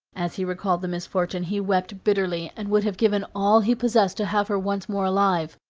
as he recalled the misfortune he wept bitterly, and would have given all he possessed to have her once more alive.